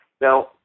Now